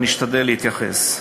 ואני אשתדל להתייחס.